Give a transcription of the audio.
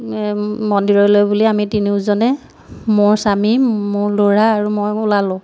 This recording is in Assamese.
মন্দিৰলৈ বুলি আমি তিনিওজনে মোৰ স্বামী মোৰ ল'ৰা আৰু মই ওলালোঁ